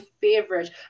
favorite